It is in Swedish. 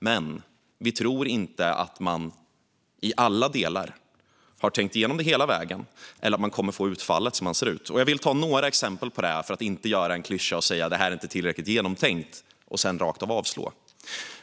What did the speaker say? Men vi tror inte att man i alla delar har tänkt igenom det hela vägen eller att man kommer att få det utfall man har sett framför sig. Jag ska ta några exempel för att inte göra en klyscha av det och säga att det här inte är tillräckligt genomtänkt och sedan rakt av avslå.